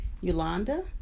Yolanda